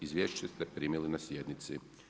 Izvješće ste primili na sjednici.